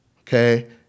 okay